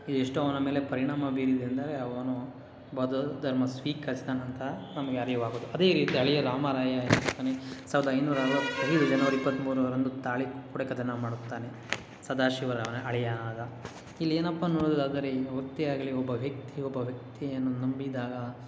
ಇದೆಷ್ಟೋ ಅವನ ಮೇಲೆ ಪರಿಣಾಮ ಬೀರಿದೆ ಅಂದರೆ ಅವನು ಬೌದ್ದ ಧರ್ಮ ಸ್ವೀಕರಿಸ್ದ ನಂತರ ನಮಗೆ ಅರಿವಾಗುವುದು ಅದೇ ರೀತಿ ಅಳಿಯ ರಾಮರಾಯ ಸಾವಿರದ ಐನೂರ ಅರುವತ್ತೈದು ಜನವರಿ ಇಪತ್ಮೂರರಂದು ತಾಳೀಕೋಟ ಕದನ ಮಾಡುತ್ತಾನೆ ಸದಾಶಿವ ಅಳಿಯನಾದ ಇಲ್ಲಿ ಏನಪ್ಪ ನೋಡುವುದಾದರೆ ಈ ವೃತ್ತಿ ಆಗಲಿ ಒಬ್ಬ ವ್ಯಕ್ತಿ ಒಬ್ಬ ವ್ಯಕ್ತಿಯನ್ನು ನಂಬಿದಾಗ